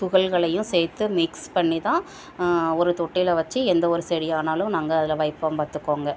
துகள்களையும் சேர்த்து மிக்ஸ் பண்ணிதான் ஒரு தொட்டியில் வச்சு எந்தவொரு செடியானாலும் நாங்கள் அதில் வைப்போம் பார்த்துக்கோங்க